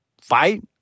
fight